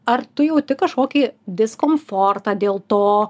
ar tu jauti kažkokį diskomfortą dėl to